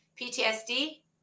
ptsd